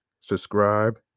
subscribe